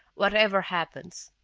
whatever happens.